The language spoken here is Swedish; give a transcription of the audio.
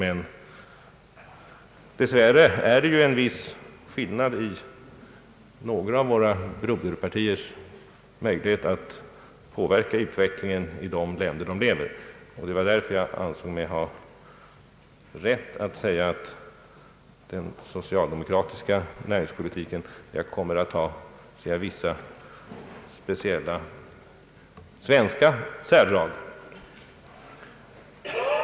Men dess värre är det en viss skillnad när det gäller några av våra broderparftiers möjligheter att påverka utvecklingen i sina länder. Det var därför jag ansåg mig ha rätt att säga att den socialdemokratiska näringspolitiken kommer att ha vissa speciellt svenska särdrag.